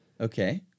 Okay